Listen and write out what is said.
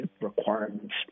requirements